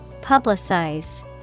Publicize